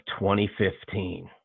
2015